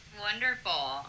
Wonderful